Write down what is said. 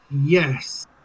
Yes